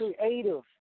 creative